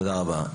תודה רבה.